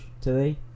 today